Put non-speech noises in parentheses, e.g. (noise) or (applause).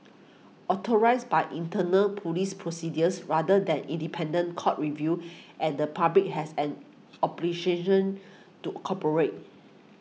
authorised by internal police procedures rather than independent court review and the public has an (unintelligible) to cooperate